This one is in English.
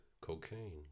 cocaine